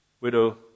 Widow